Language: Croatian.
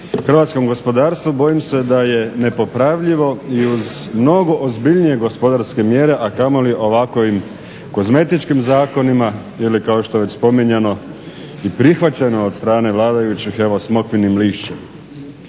hrvatskom gospodarstvu bojim se da ja nepopravljivo i uz mnogo ozbiljnije gospodarske mjere, a kamoli ovakvim kozmetičkim zakonima ili kao što je već spominjano i prihvaćeno od strane vladajućih, evo smokvinim lišćem.